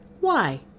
Why